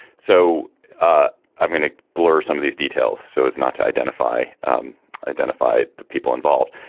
so ah i'm going to blur some of these details so as not to identify and identify the people involved.